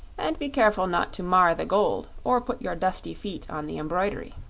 and be careful not to mar the gold or put your dusty feet on the embroidery.